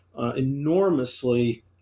enormously